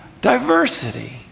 diversity